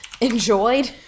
enjoyed